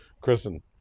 Kristen